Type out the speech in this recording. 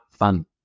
fun